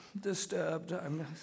disturbed